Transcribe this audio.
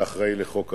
אתה אחראי לחוק החרם,